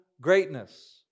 greatness